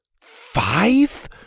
Five